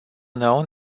known